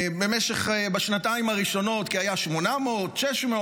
בשנתיים הראשונות, כי היה 800, 600,